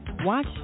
Watch